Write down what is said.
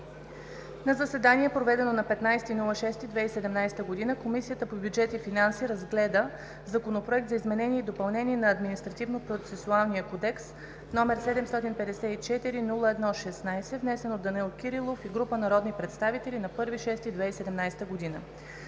На заседание, проведено на 15 юни 2017 г., Комисията по бюджет и финанси разгледа Законопроект за изменение и допълнение на Административнопроцесуалния кодекс, № 754-01-16, внесен от Данаил Димитров Кирилов и група народни представители на 1 юни 2017 г.